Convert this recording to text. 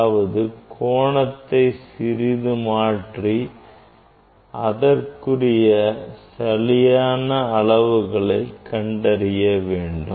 அதாவது கோணத்தை சிறிது மாற்றி அதற்குரிய சரியான அளவுகளை கண்டறிய வேண்டும்